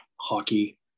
hockey